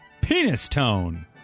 Penistone